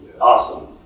Awesome